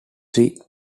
three